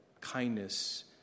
kindness